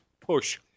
push